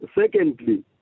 Secondly